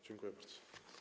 Dziękuję bardzo.